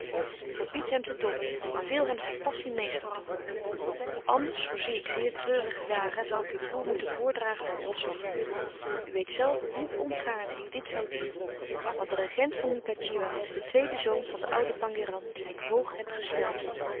verbied hem te dobbelen en beveel hem zijn passie meester te worden of anders voorzie ik zeer treurige dingen en zal ik uw broêr moeten voordragen voor ontslag u weet zelve hoe ongaarne ik dit zoû doen want de regent van ngadjiwa is de tweede zoon van den ouden pangéran dien ik hoog heb gesteld